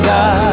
God